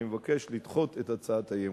אני מבקש לדחות את הצעת האי-אמון.